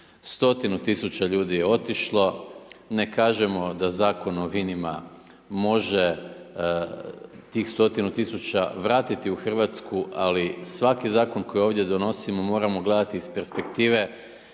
stotinu tisuća ljudi je otišlo. Ne kažemo da Zakon o vinima može tih stotina tisuća vratiti u Hrvatsku, ali svaki zakon, koji ovdje donosimo, moramo gledati iz perspektive